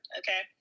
okay